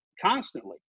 constantly